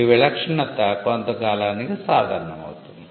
ఈ విలక్షణత కొంత కాలానికి సాధారణం అవుతుంది